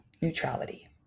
Neutrality